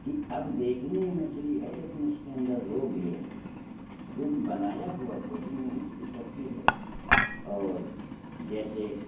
कि अब देखने में मछली है लेकिन उसके अंदर रोग भी है क्योंकि बनाया हुआ भोजन वह मछली करती है और जैसे